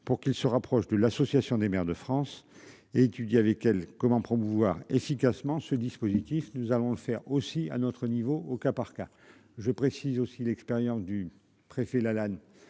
pour qu'il se rapproche de l'Association des maires de France étudie avec elle comment promouvoir efficacement ce dispositif nous allons le faire aussi à notre niveau au cas par cas. Je précise aussi l'expérience du préfet Lalanne